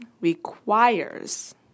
requires